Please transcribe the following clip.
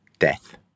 death